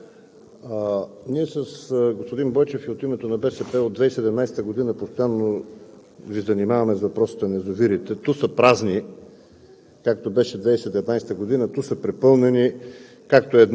Уважаема госпожо Председател, уважаеми дами и господа народни представители! Уважаема госпожо Министър, ние с господин Бойчев и от името на БСП от 2017 г. постоянно Ви занимаваме с въпросите на язовирите. Ту са празни,